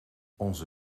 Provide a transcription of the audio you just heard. onze